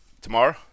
Tomorrow